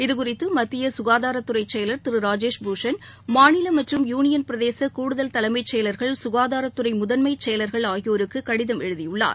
இதுகுறித்து மத்திய சுகாதாரத்துறை செயலர் திரு ராஜேஷ் பூஷண் மாநில மற்றும் யூனியன் பிரதேச கூடுதல் தலைமச் செயலர்கள் சுகாதாரத்துறை முதன்மைச் செயலர்கள் ஆகியோருக்கு கடிதம் எழுதியுள்ளார்